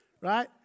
right